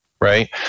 right